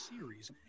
series